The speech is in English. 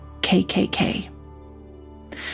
KKK